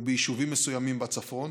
וביישובים מסוימים בצפון,